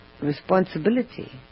responsibility